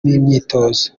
n’imyitozo